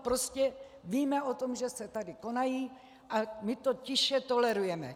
Prostě víme o tom, že se tady konají, a my to tiše tolerujeme.